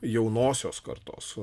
jaunosios kartos